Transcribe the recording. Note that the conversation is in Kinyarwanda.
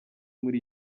muri